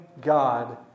God